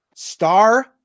star